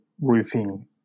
roofing